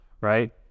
right